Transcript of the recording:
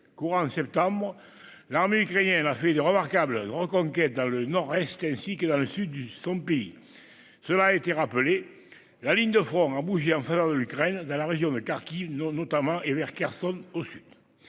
Courant septembre, l'armée ukrainienne a réalisé de remarquables reconquêtes dans le nord-est ainsi que dans le sud de son pays. Cela a été rappelé, la ligne de front a bougé en faveur de l'Ukraine, dans la région de Kharkiv notamment, et vers Kherson au sud.